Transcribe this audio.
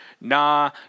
nah